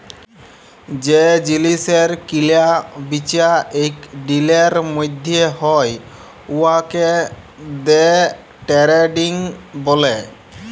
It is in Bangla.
যে জিলিসের কিলা বিচা ইক দিলের ম্যধে হ্যয় উয়াকে দে টেরেডিং ব্যলে